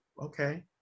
okay